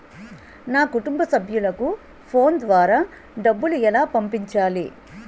నా కుటుంబ సభ్యులకు ఫోన్ ద్వారా డబ్బులు ఎలా పంపించాలి?